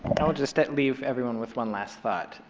i will just leave everyone with one last thought.